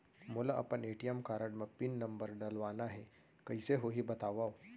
मोला अपन ATM card म पिन नंबर डलवाना हे कइसे होही बतावव?